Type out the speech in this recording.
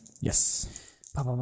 Yes